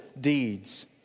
deeds